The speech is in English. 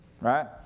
right